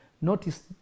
notice